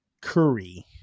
curry